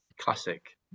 classic